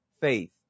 Faith